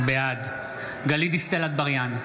בעד גלית דיסטל אטבריאן,